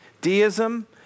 deism